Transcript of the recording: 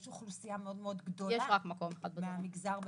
יש אוכלוסייה מאוד גדולה מהמגזר בדרום.